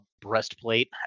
breastplate